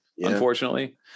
Unfortunately